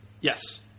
Yes